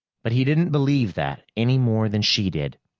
but he didn't believe that, any more than she did.